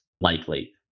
likely